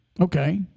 Okay